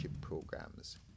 programs